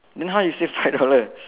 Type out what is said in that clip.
then how you save five dollar